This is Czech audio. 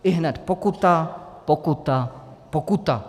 Ihned pokuta, pokuta, pokuta!